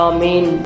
Amen